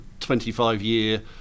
25-year